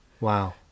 Wow